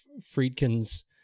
Friedkin's